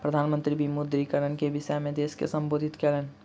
प्रधान मंत्री विमुद्रीकरण के विषय में देश के सम्बोधित कयलैन